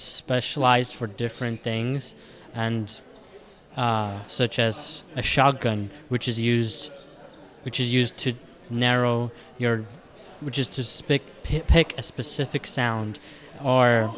specialized for different things and such as a shotgun which is used which is used to narrow your which is to speak pick a specific sound or